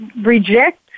reject